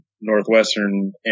Northwestern